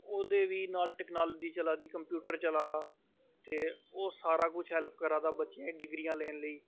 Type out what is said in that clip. ओह्दे बी नाल टैक्नालजी चला दी नाल कंप्यूटर चला दा ते ओह् सारा कुछ हैल्प करा दा बच्चें डिग्रियां लेन लेई